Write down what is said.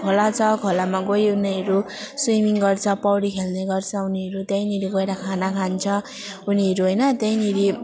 खोला छ खोलामा गई उनीहरू स्विमिङ गर्छ पौडी खेल्ने गर्छ उनीहरू त्यहीँनिर गएर खाना खान्छ उनीहरू होइन त्यहीँनिर